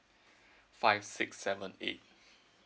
five six seven eight